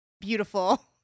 beautiful